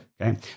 Okay